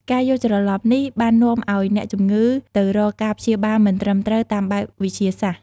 ការយល់ច្រឡំនេះបាននាំឱ្យអ្នកជំងឺទៅរកការព្យាបាលមិនត្រឹមត្រូវតាមបែបវិទ្យាសាស្ត្រ។